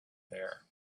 there